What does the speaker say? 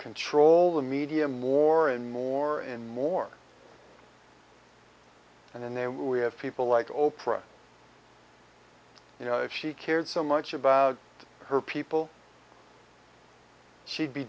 control the media more and more and more and in there we have people like oprah you know if she cared so much about her people she'd be